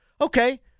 Okay